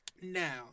Now